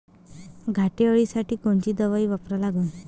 घाटे अळी साठी कोनची दवाई वापरा लागन?